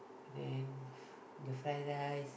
then the fried rice